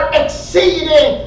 exceeding